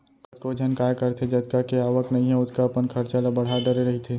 कतको झन काय करथे जतका के आवक नइ हे ओतका अपन खरचा ल बड़हा डरे रहिथे